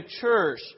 church